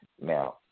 Now